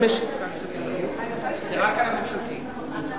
זה רק על הממשלתית.